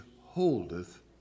holdeth